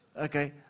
okay